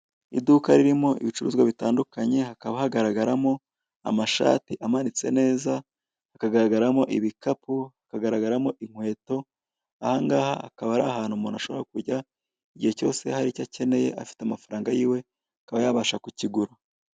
Iduka ririmo ibicuruzwa bitandukanye hakaba hagaragaramo amashati amanitse neza, hakagaragaramo ibikapu, hakagaragaramo inkweto. Ahangaha akaba ari ahantu umuntu ashobora kujya igihe cyose hari icyo akeneye afite amafaranga yiwe, akaba yabasha kukigura.